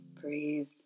Breathe